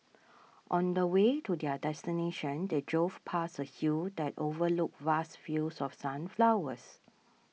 on the way to their destination they drove past a hill that overlooked vast fields of sunflowers